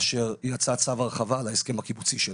אשר יצא צו הרחבה להסכם הקיבוצי שלו.